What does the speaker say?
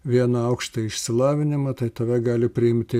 vieną aukštąjį išsilavinimą tai tave gali priimti